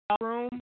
room